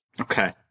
Okay